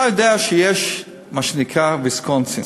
אתה יודע שיש מה שנקרא "ויסקונסין".